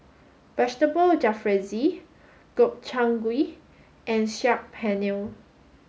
vegetable Jalfrezi Gobchang Gui and Saag Paneer